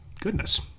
Goodness